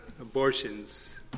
abortions